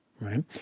right